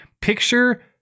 picture